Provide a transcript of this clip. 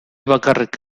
bakarrik